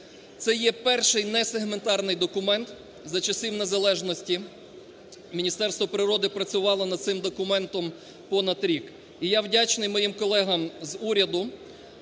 Це є перший несегментарний документ за часів незалежності. Міністерство природи працювало над цим документом понад рік і я вдячний моїм колегам з уряду